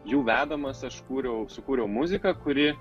jų vedamas aš kūriau sukūriau muziką kuri